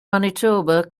manitoba